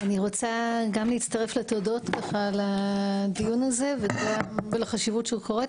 אני גם רוצה להצטרף לתודות על הדיון הזה ולחשיבות שהוא קורה,